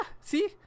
see